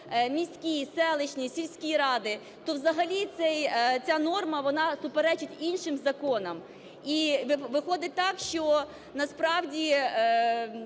міські, селищні, сільські ради, то взагалі ця норма вона суперечить іншим законам. І виходить так, що насправді